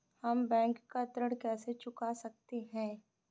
हम बैंक का ऋण कैसे चुका सकते हैं?